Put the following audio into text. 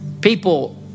People